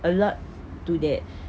a lot to that